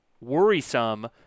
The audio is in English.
worrisome